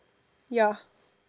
ya